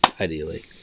Ideally